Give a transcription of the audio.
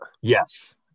yes